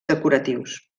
decoratius